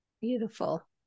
Beautiful